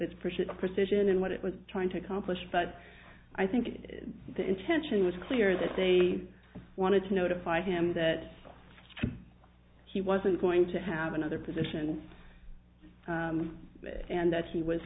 and what it was trying to accomplish but i think the intention was clear that they wanted to notify him that he wasn't going to have another position and that he was